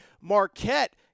Marquette